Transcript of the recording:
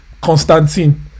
constantine